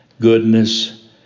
goodness